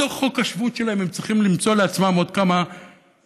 בתוך חוק השבות שלהם הם צריכים למצוא לעצמם עוד כמה "קניפלים",